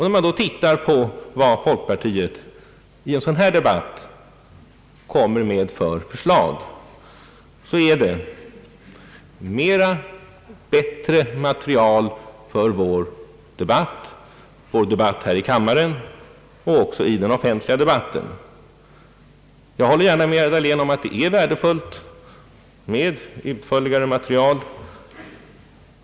Ser man vilka förslag folkpartiet kommer med i en sådan här debatt så "är det mera och bättre material för vår debatt — för vår debatt här i kammaren och även för den offentliga debatten. Jag håller gärna med herr Dahlén om att det är värdefullt med ett utförligare material.